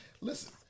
Listen